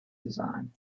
design